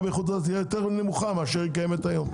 באיכות הסביבה תהיה יותר נמוכה מאשר קיימת היום.